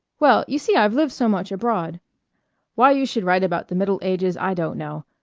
well, you see i've lived so much abroad why you should write about the middle ages, i don't know.